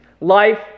life